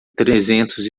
trezentos